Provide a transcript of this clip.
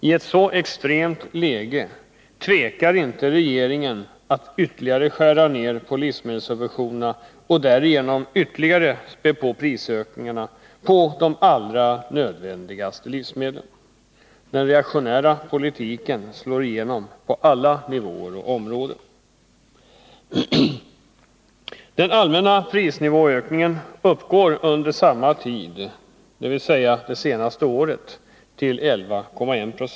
I ett så extremt läge tvekar inte regeringen att ytterligare skära ned livsmedelssubventionerna och därigenom ytterligare späda på prisökningarna på de allra nödvändigaste livsmedlen. Den reaktionära politiken slår igenom på alla nivåer och områden. Den allmänna prisnivåökningen under samma tid, dvs. det senaste året, uppgår till 11,1 20.